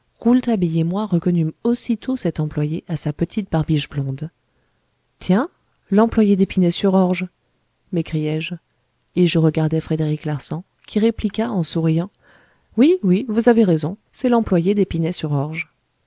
et moi reconnûmes aussitôt cet employé à sa petite barbiche blonde tiens l'employé dépinay sur orge m'écriai-je et je regardai frédéric larsan qui répliqua en souriant oui oui vous avez raison c'est l'employé